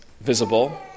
visible